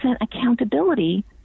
accountability